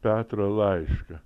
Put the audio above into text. petro laiško